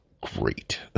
great